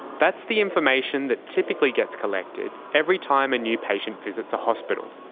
that's the information that typically gets collected every time a new patient visits a hospital.